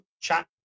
chat